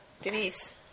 Denise